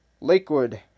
Lakewood